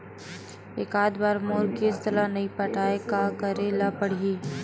एकात बार मोर किस्त ला नई पटाय का करे ला पड़ही?